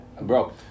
Bro